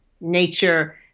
nature